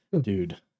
Dude